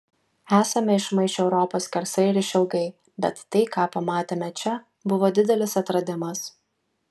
esame išmaišę europą skersai ir išilgai bet tai ką pamatėme čia buvo didelis atradimas